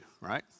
right